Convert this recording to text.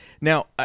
Now